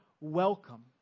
welcome